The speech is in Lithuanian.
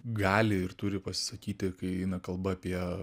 gali ir turi pasisakyti kai eina kalba apie